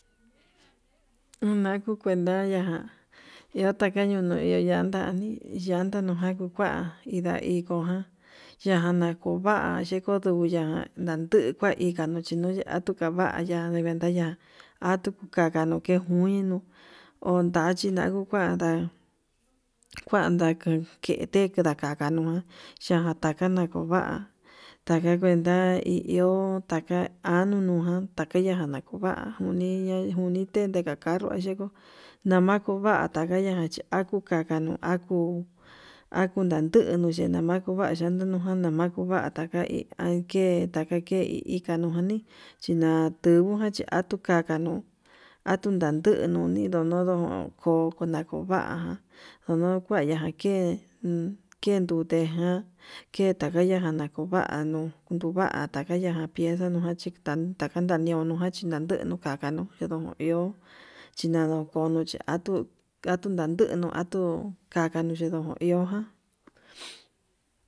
Una ku kuenta yaján ehu takaño ehu tañañi, llanta nuna ku kua inda ingujan yajan nakuva'a yenguu, uduya tuu kua ikanu chinuya yatuka kavaya atuu kakanu ke nguninu otachi nagu kuanta kuanta ndekete nakanua yakata nakuva'a, taka kuenta hi iho taka nunujan takaya nakunjua niyete nuka janrró yeko nama kunguata yejun akukanu kuu aku nanungu yanama'a, nakuya kuaka nankunujan yenanako va'a taka ke'e intaka ke hi ika nuni chinantubujan chi atukaka ko'o atun naduu nuni ndono ko'o ndunakuva'a, ndono kuaya ke'e uun kendute ján ke'e takuvaya ke'e nakuvanuu nduva'a takaya jan pieza nokuan chita uun taka taniunu ján chinatengu kakanu jindon iho chinado kondon chí atuu katu nandetu atuu katanu chindo iho jan.